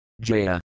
Jaya